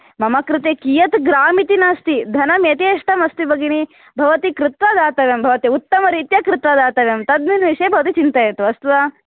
मम कृते कीयद् ग्राम् इति नास्ति धनं यथेष्टम् अस्ति भगिनी भवती कृत्त्वा दातव्यं भवति उत्तमरीत्या दातव्यं तस्मिन् विषये भवती चिन्तयतु अस्तु वा